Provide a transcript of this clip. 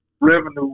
revenue